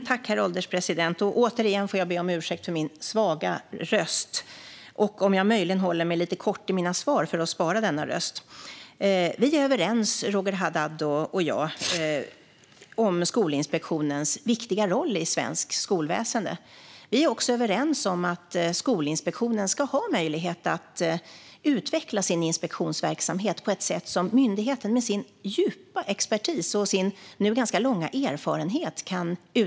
Herr ålderspresident! Jag får återigen be om ursäkt för min svaga röst och för att jag möjligen håller mina svar lite korta för att spara den. Roger Haddad och jag är överens om Skolinspektionens viktiga roll i svenskt skolväsen. Vi är också överens om att Skolinspektionen ska ha möjlighet att utveckla sin inspektionsverksamhet utifrån myndighetens djupa expertis och sin nu ganska långa erfarenhet.